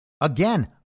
Again